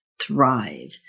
thrive